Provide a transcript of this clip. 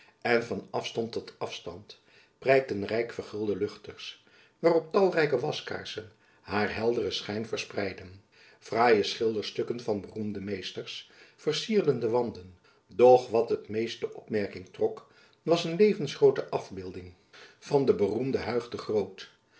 en van afstand tot afstand prijkten rijk vergulde luchters waarop talrijke waskaarsen haar helderen schijn verspreidden fraaie schilderstukken van beroemde meesters vercierden de wanden doch wat meest de opmerking trok was een levensgroote afbeelding van den beroemjacob